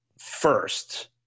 first